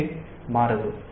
ఇది మారదు